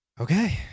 okay